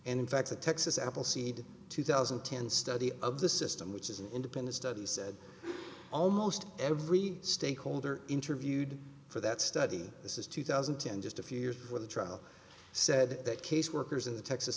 and in fact the texas appleseed two thousand and ten study of the system which is an independent study said almost every stakeholder interviewed for that study this is two thousand and ten just a few years where the trial said that caseworkers in the texas